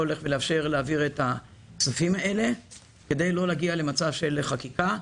לאפשר להעביר את הכסף הזה כדי לא להגיע למצב של חקיקה.